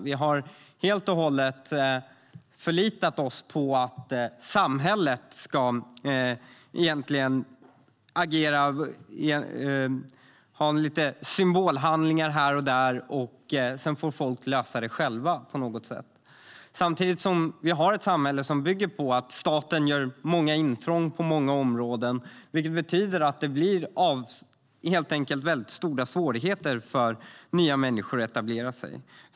Vi har helt och hållet förlitat oss på att samhället ska agera med symbolhandlingar här och där, och sedan får folk lösa det själva på något sätt. Samtidigt har vi ett samhälle som bygger på att staten gör många intrång på många områden, vilket innebär stora svårigheter för nyanlända människor att etablera sig.